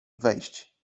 wejść